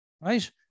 right